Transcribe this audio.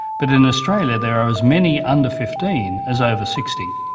but in australia there are as many under fifteen as over sixty.